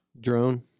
Drone